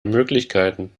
möglichkeiten